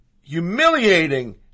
humiliating